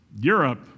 Europe